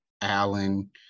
Allen